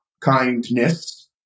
kindness